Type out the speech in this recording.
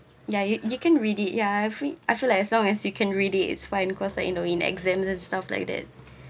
ya you you can read it ya I I feel like as long as you can read it it's fine cause like you know in exams and stuff like that